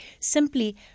simply